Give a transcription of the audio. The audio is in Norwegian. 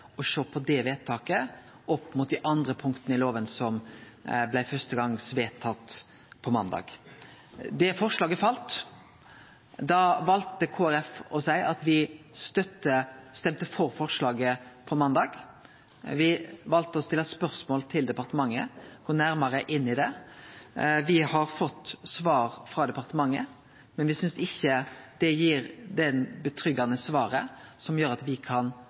og fordi det ikkje hasta like mykje å sjå på det punktet samanlikna med dei andre punkta i lova som blei vedtatt i førstegangsbehandlinga på måndag. Det forslaget fall. Da valde Kristeleg Folkeparti å stemme for lovendringa på måndag. Me valde å stille spørsmål til departementet og gå nærmare inn i det. Me har fått svar frå departementet, men me synest ikkje svara gjer oss så trygge at me kan støtte forslaget i dag. Det